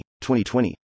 2020